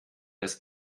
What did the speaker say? das